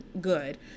good